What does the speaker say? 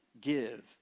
give